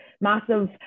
massive